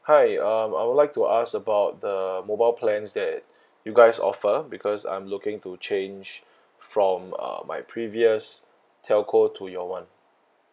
hi um I would like to ask about the mobile plans that you guys offer because I'm looking to change from uh my previous telco to your [one]